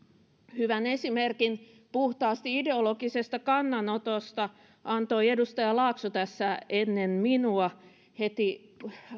hyvän esimerkin puhtaasti ideologisesta kannanotosta antoi edustaja laakso tässä ennen minua heti